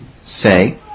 say